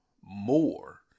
more